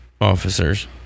officers